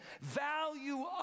Value